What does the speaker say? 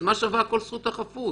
אז מה שווה כל זכות החפות?